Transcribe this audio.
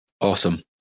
Awesome